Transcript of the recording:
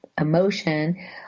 emotion